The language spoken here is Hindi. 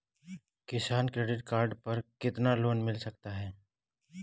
किसान क्रेडिट कार्ड पर कितना लोंन मिल सकता है?